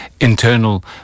internal